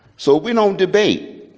so we don't debate,